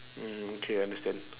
mm okay understand